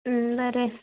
बरें